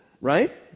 right